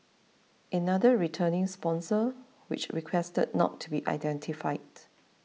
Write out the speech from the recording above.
another returning sponsor which requested not to be identified